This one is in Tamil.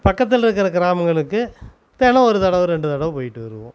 பக்கத்தில்ருக்கற கிராமங்களுக்கு தினம் ஒரு தடவை ரெண்டு தடவை போயிட்டு வருவோம்